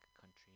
country